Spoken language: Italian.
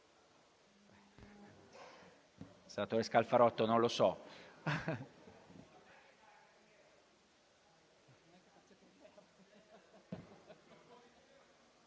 Senatore Scalfarotto, non lo so.